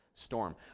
storm